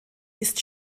ist